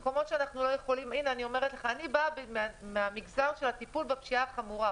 אני באה מהמגזר של הטיפול בפשיעה החמורה.